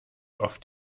auf